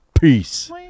peace